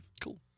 Cool